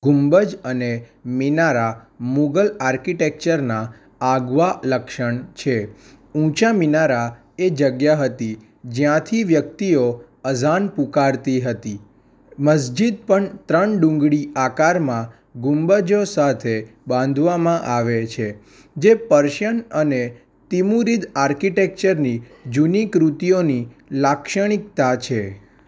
કુંબજ અને મિનારા મુગલ આર્કિટેક્ચરના આગવા લક્ષણ છે ઊંચા મિનારા એ જગ્યા હતી જ્યાંથી વ્યક્તિઓ અઝાન પુકારતી હતી મસ્જીદ પણ ત્રણ ડુંગળી આકારમાં ગુંબજો સાથે બાંધવામાં આવે છે જે પર્શિયન અને તિમુરીદ આર્કિટેક્ચરની જૂની કૃતિઓની લાક્ષણિકતા છે